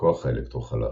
הכוח האלקטרו-חלש.